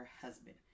husband